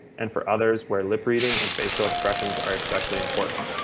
and for others where lip reading and facial expressions are especially important.